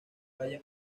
calle